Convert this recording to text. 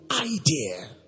idea